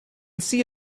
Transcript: see